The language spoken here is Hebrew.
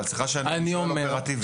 אני שואל אופרטיבית.